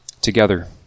together